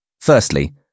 Firstly